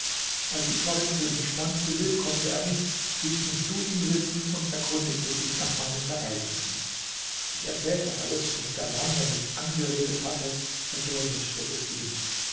als ich vor dem könig stand bewillkommte er mich hieß mich zu ihm sitzen und erkundigte sich nach meinen verhältnissen ich erzählte alles und der mann der mich angeredet hatte verdolmetschte es ihm